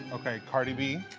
okay, cardi b.